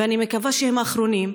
ואני מקווה שהם האחרונים,